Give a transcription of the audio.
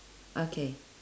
okay